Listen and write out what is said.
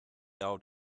out